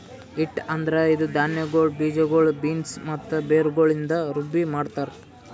ಹಿಟ್ಟು ಅಂದುರ್ ಇದು ಧಾನ್ಯಗೊಳ್, ಬೀಜಗೊಳ್, ಬೀನ್ಸ್ ಮತ್ತ ಬೇರುಗೊಳಿಂದ್ ರುಬ್ಬಿ ಮಾಡ್ತಾರ್